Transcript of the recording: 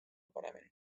paremini